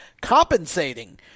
compensating